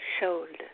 shoulders